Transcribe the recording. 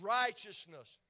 righteousness